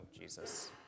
Jesus